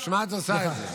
בשביל מה את עושה את זה?